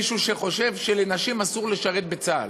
מישהו שחושב שלנשים אסור לשרת בצה"ל,